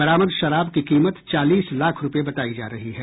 बरामद शराब की कीमत चालीस लाख रूपये बतायी जा रही है